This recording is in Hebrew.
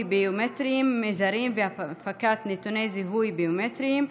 ביומטריים מזרים והפקת נתוני זיהוי ביומטריים),